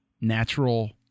natural